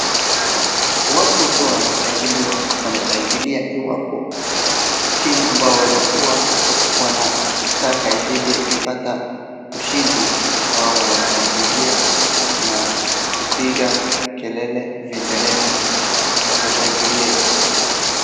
Watu huwa wanashangilia iwapo timu ambao walikuwa wanataka ishinde ikipata ushindi wao wanashangilia na kupiga kelele, vinderemo na kushangilia.